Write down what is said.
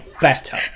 better